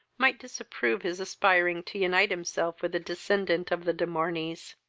might disapprove his aspiring to unite himself with a descendant of the de morneys.